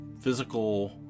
physical